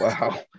wow